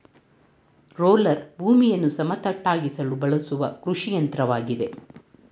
roller ಭೂಮಿಯನ್ನು ಸಮತಟ್ಟಾಗಿಸಲು ಬಳಸುವ ಕೃಷಿಯಂತ್ರವಾಗಿದೆ